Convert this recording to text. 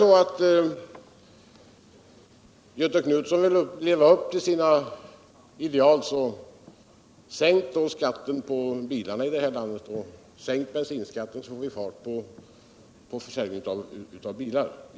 Om Göthe Knutson vilt leva upp till sina ideal, sänk då skatten på bilar och sänk bensinskatten, så får vi fart på försäljningen av bilar!